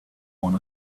want